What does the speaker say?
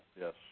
yes